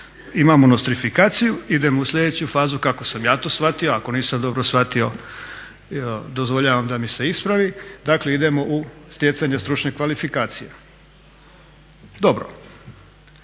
imamo nostrifikaciju idemo u sljedeću fazu kako sam ja to shvatio, ako nisam dobro shvatio dozvoljavam da me se ispravi, dakle idemo u stjecanje stručnih kvalifikacija. Dobro.